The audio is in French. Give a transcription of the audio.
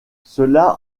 cela